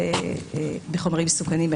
שמעוגנים בחקיקה הספציפית שלנו לצורך מתן